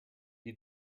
you